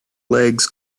legs